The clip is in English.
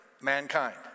mankind